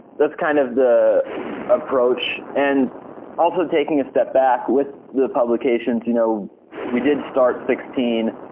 that's kind of the approach and also taking a step back with the publications, you know we did start sixteen.